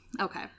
okay